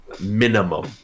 minimum